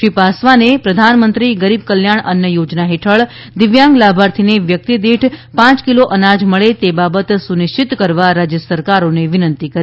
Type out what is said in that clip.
શ્રી પાસવાને પ્રધાનમંત્રી ગરીબકલ્યાણ અન્ન યોજના હેઠળ દિવ્યાંગ લાભાર્થીને વ્યક્તિદીઠ પાંચ કિલો અનાજ મળે તે બાબત સુનિશ્ચિતી કરવા રાજ્ય સરકારોને વિનંતી કરી